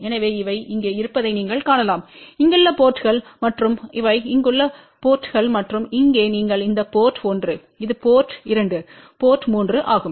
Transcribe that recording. எனவே இவை இங்கே இருப்பதை நீங்கள் காணலாம் இங்குள்ள போர்ட்ங்கள் மற்றும் இவை இங்குள்ள போர்ட்ங்கள் மற்றும் இங்கே நீங்கள் அந்த போர்ட் 1 இது போர்ட் 2 போர்ட் 3 ஆகும்